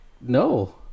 no